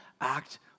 act